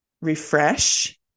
refresh